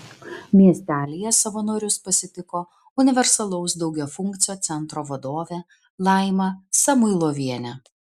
miestelyje savanorius pasitiko universalaus daugiafunkcio centro vadovė laima samuilovienė